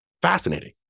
Fascinating